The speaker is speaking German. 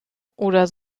oder